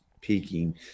peaking